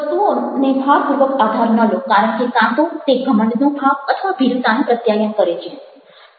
વસ્તુઓનો ભારપૂર્વક આધાર ન લો કારણ કે કાં તો તે ઘમંડનો ભાવ અથવા ભીરુતાનું પ્રત્યાયન કરે છે